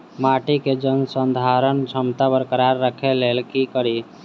माटि केँ जलसंधारण क्षमता बरकरार राखै लेल की कड़ी?